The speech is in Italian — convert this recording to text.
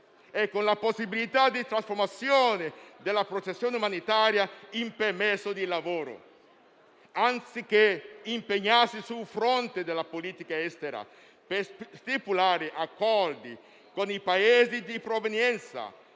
e con la trasformazione della protezione umanitaria in permesso di lavoro, anziché impegnarsi sul fronte della politica estera per stipulare accordi con i Paesi di provenienza